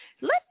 Let